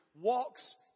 walks